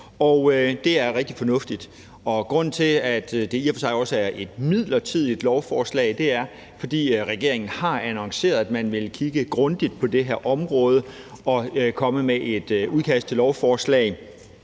og det er rigtig fornuftigt. Grunden til, at det i og for sig også er et midlertidigt lovforslag, er, at regeringen har annonceret, at man vil kigge grundigt på det her område og komme med et udkast til lovforslag